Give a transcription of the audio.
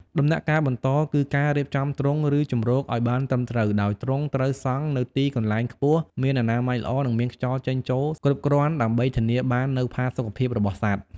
ដំណាក់កាលបន្តគឺការរៀបចំទ្រុងឬជម្រកឲ្យបានត្រឹមត្រូវ ដោយទ្រុងត្រូវសង់នៅទីកន្លែងខ្ពស់មានអនាម័យល្អនិងមានខ្យល់ចេញចូលគ្រប់គ្រាន់ដើម្បីធានាបាននូវផាសុកភាពរបស់សត្វ។